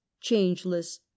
changeless